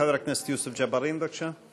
חבר הכנסת יוסף ג'בארין, בבקשה.